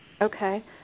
Okay